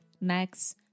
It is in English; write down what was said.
next